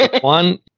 one